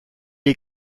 est